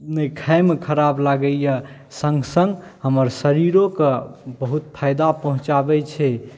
नहि खाएमे खराब लागैया सङ्ग सङ्ग हमर शरीरो के बहुत फायदा पहुँचाबै छै